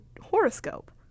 horoscope